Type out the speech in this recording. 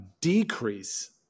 decrease